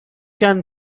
can